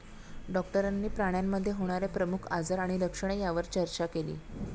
डॉक्टरांनी प्राण्यांमध्ये होणारे प्रमुख आजार आणि लक्षणे यावर चर्चा केली